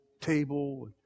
table